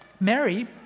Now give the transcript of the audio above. Mary